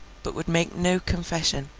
but would make no confession.